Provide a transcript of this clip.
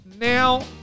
Now